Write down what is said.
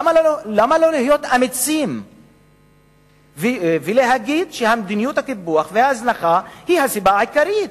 למה לא להיות אמיצים ולהגיד שמדיניות הקיפוח וההזנחה היא הסיבה העיקרית?